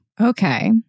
Okay